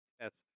test